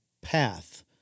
path